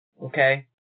okay